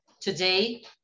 Today